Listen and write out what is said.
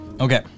Okay